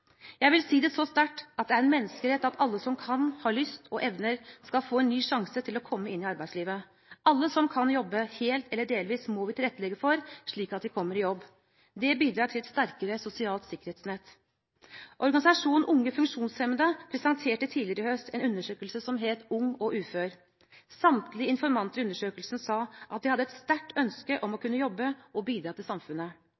Jeg vil si det så sterkt at det er en menneskerett at alle som kan, har lyst og evner, skal få en ny sjanse til å komme inn i arbeidslivet. Alle som kan jobbe, helt eller delvis, må vi tilrettelegge for, slik at de kommer i jobb. Det bidrar til et sterkere sosialt sikkerhetsnett. Organisasjonen Unge funksjonshemmede presenterte tidligere i høst en undersøkelse som het Ung og ufør. Samtlige informanter i undersøkelsen sa at de hadde et sterkt ønske om å